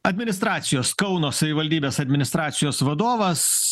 administracijos kauno savivaldybės administracijos vadovas